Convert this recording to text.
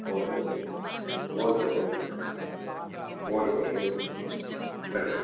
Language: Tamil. okay oh okay okay okay oh சரிங்க